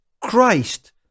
Christ